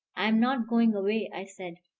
i am not going away, i said.